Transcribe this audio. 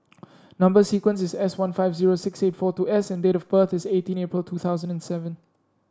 number sequence is S one five zero six eight four two S and date of birth is eighteen April two thousand and seven